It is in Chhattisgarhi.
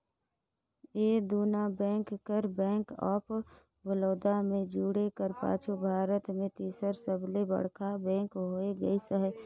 ए दुना बेंक कर बेंक ऑफ बड़ौदा में जुटे कर पाछू भारत में तीसर सबले बड़खा बेंक होए गइस अहे